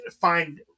find